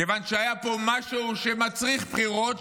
כיוון שהיה פה משהו שמצריך בחירות,